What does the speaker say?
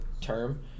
term